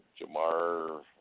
Jamar